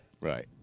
Right